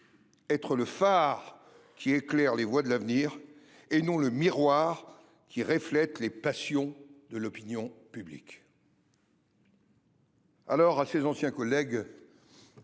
être le phare qui éclaire les voies de l’avenir, et non le miroir qui reflète les passions de l’opinion publique. » Voilà, après quinze